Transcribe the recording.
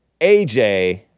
AJ